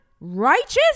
righteous